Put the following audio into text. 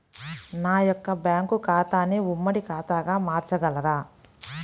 నా యొక్క బ్యాంకు ఖాతాని ఉమ్మడి ఖాతాగా మార్చగలరా?